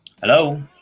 hello